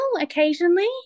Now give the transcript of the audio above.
occasionally